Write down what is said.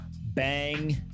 Bang